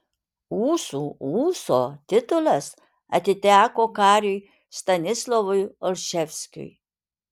ūsų ūso titulas atiteko kariui stanislovui olševskiui